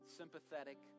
sympathetic